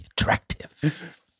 attractive